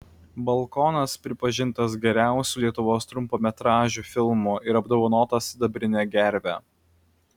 balkonas pripažintas geriausiu lietuvos trumpametražiu filmu ir apdovanotas sidabrine gerve